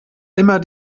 immer